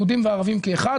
יהודים וערבים כאחד.